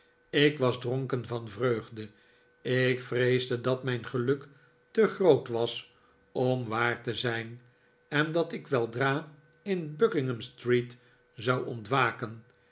ik was dronken van vreugde ik vreesde dat mijn geluk te groot was om waar te zijn en dat ik weldra in buckingham street zou ontwaken